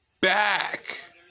Back